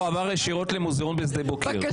תועבר ישירות למוזיאון בשדה בוקר...